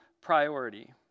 priority